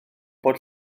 bod